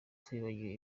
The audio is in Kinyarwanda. twibagiwe